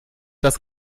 das